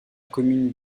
commune